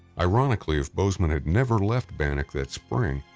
ironically, if bozeman had never left bannack that spring,